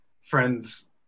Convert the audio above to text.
friends